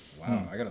Wow